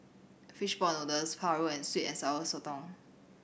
fish ball noodles paru and sweet and Sour Sotong